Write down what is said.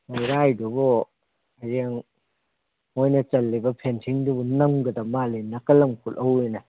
ꯂꯩꯔꯥꯏꯗꯨꯕꯨ ꯍꯌꯦꯡ ꯃꯣꯏꯅ ꯆꯜꯂꯤꯕ ꯐꯦꯟꯁꯤꯡꯗꯨꯕꯨ ꯅꯝꯒꯗ ꯃꯥꯜꯂꯤꯅꯦ ꯅꯥꯀꯜ ꯑꯃ ꯀꯨꯠꯍꯧꯏꯅꯦ